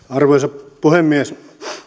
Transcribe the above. arvoisa puhemies